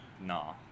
Nah